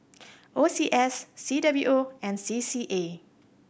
O C S C W O and C C A